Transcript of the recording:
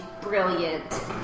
brilliant